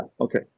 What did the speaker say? Okay